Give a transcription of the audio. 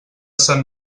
sant